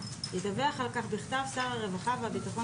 ידווח על כך בכתב שר הרווחה והביטחון